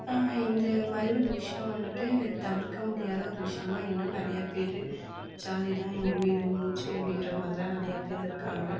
இந்த மாதிரி ஒரு விஷயம் வந்துட்டு தவிர்க்க முடியாத ஒரு விஷயமாக இன்னும் நிறையா பேரு ஜாதி தான் என் உயிரு மூச்சு அப்படின்ற மாதிரிலாம் நிறையா பேரு இருக்காங்கள்